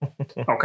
Okay